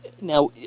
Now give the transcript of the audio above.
Now